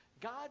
God